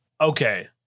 okay